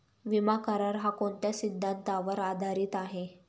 विमा करार, हा कोणत्या सिद्धांतावर आधारीत आहे?